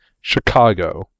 Chicago